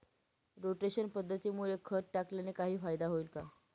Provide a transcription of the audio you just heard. Rotation पद्धतीमुळे खत टाकल्याने काही फायदा होईल का?